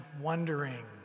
wondering